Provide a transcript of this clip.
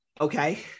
okay